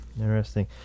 Interesting